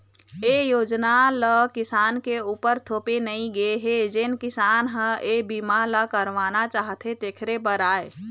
ए योजना ल किसान के उपर थोपे नइ गे हे जेन किसान ह ए बीमा ल करवाना चाहथे तेखरे बर आय